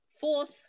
fourth